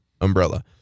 umbrella